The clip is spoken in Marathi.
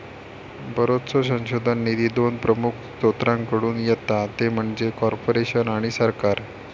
बरोचसो संशोधन निधी दोन प्रमुख स्त्रोतांकडसून येता ते म्हणजे कॉर्पोरेशन आणि सरकार